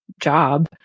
job